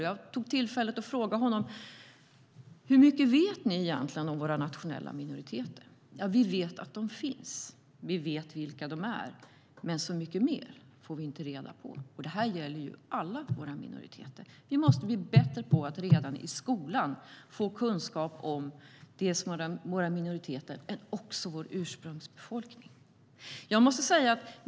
Jag tog tillfället att fråga honom: Hur mycket vet ni egentligen om våra nationella minoriteter? Svaret blev: Vi vet att de finns, och vi vet vilka de är, men så mycket mer får vi inte reda på. Det gäller alla våra minoriteter. Vi måste bli bättre på att redan i skolan få kunskap om våra minoriteter men också om vår ursprungsbefolkning.